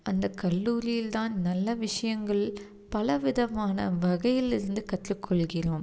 அந்த கல்லூரியில் தான் நல்ல விஷியங்கள் பலவிதமான வகையிலிருந்து கற்றுக்கொள்கிறோம்